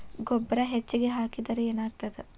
ಗೊಬ್ಬರ ಹೆಚ್ಚಿಗೆ ಹಾಕಿದರೆ ಏನಾಗ್ತದ?